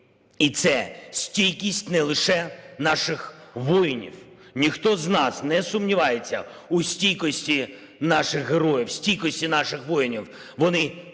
І це стійкість не лише наших воїнів. Ніхто з нас не сумнівається у стійкості наших героїв, у стійкості наших воїнів,